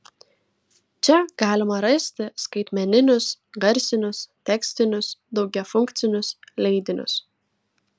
čia galima rasti skaitmeninius garsinius tekstinius daugiafunkcius leidinius